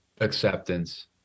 acceptance